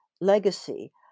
legacy